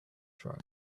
truck